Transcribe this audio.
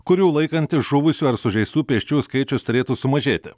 kurių laikantis žuvusių ar sužeistų pėsčiųjų skaičius turėtų sumažėti